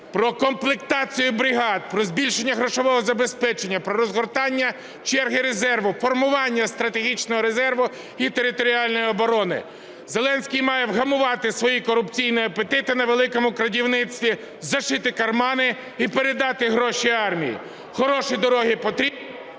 про комплектацію бригад, про збільшення грошового забезпечення, про розгортання черги резерву, формування стратегічного резерву і територіальної оборони. Зеленський має вгамувати свої корупційні апетити на "великому крадівництві", зашити кармани і передати гроші армії. Хороші дороги потрібні…